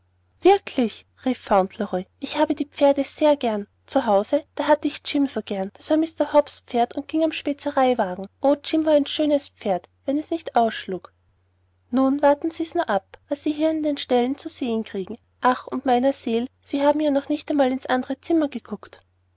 wirklich rief fauntleroy ich habe die pferde sehr gern zu hause da hatt ich jim so gern das war mr hobbs pferd und ging am spezereiwagen o jim war ein schönes pferd wenn es nicht ausschlug nun warten sie's nur ab was sie hier in den ställen zu sehen kriegen ach und meiner seel sie haben ja noch nicht einmal ins andre zimmer geguckt